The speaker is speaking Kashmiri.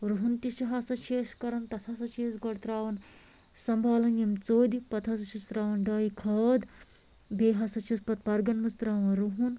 رُہن تہِ چھِ ہسا چھِ أسۍ کران تَتھ ہسا چھِ أسۍ گۄڈٕ ترٛاوان سَمبالَن یِم ژوٚدۍ پَتہٕ ہسا چھِس ترٛاوان ڈاے کھاد بیٚیہِ ہسا چھِس پَتہٕ برگَن منٛز ترٛاوان رُہن